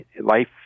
life